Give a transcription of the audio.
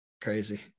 Crazy